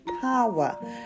power